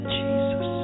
Jesus